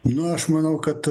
nu aš manau kad